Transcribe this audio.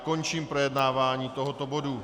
Končím projednávání tohoto bodu.